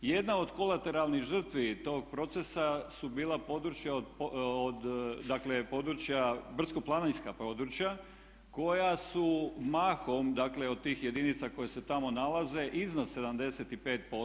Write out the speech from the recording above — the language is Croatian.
Jedna od kolateralnih žrtvi tog procesa su bila područja od, dakle područja, brdsko-planinska područja koja su mahom, dakle od tih jedinica koje se tamo nalaze iznad 75%